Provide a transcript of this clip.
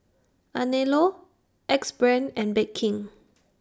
Anello Axe Brand and Bake King